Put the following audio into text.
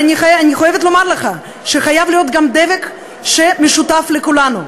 אני חייבת לומר לך שחייב להיות גם דבק של המשותף לכולנו.